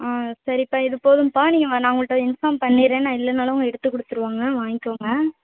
ஆ சரிப்பா இது போதும்ப்பா நீங்கள் வ நா அவங்கள்ட்ட இன்ஃபார்ம் பண்ணிடுறேன் நான் இல்லைனாலும் அவங்க எடுத்துக் கொடுத்துருவாங்க வாங்கிக்கோங்க